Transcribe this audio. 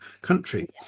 country